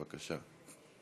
בבקשה.